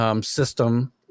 system